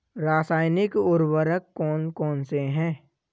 रासायनिक उर्वरक कौन कौनसे हैं?